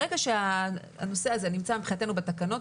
ברגע שהנושא הזה נמצא מבחינתנו בתקנות,